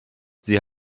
sie